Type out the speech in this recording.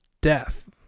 death